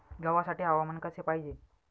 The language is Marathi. गव्हासाठी हवामान कसे पाहिजे?